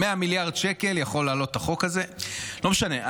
100 מיליארד שקל יכול לעלות החוק הזה, לא משנה.